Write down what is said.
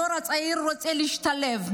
הדור הצעיר רוצה להשתלב,